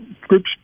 groups